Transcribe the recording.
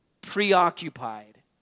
preoccupied